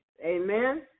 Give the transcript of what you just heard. Amen